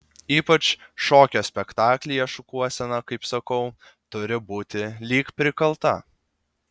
ypač šokio spektaklyje šukuosena kaip sakau turi būti lyg prikalta